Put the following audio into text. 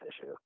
issue